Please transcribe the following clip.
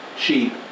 cheap